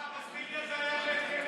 הבסטיליה היה בית כלא,